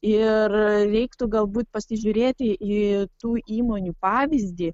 ir reiktų galbūt pasižiūrėti į tų įmonių pavyzdį